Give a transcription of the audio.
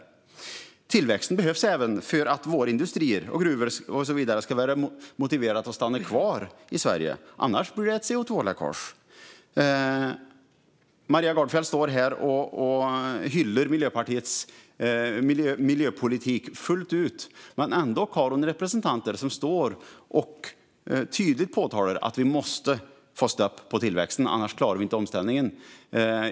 Tillväxten behövs även för att våra industrier med flera ska vara motiverade att stanna kvar i Sverige. Annars blir det ett CO2-läckage. Maria Gardfjell hyllar Miljöpartiets miljöpolitik fullt ut. Ändå har partiet representanter som tydligt påpekar att vi måste få stopp på tillväxten, annars klarar vi inte omställningen.